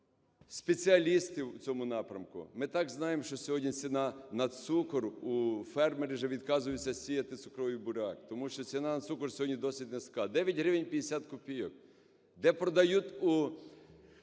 спеціалістів у цьому напрямку. Ми і так знаємо, що сьогодні ціна на цукор, фермери вже відказуються сіяти цукровий буряк, тому що ціна на цукор сьогодні досить низька, 9 гривень 50 копійок, де продають у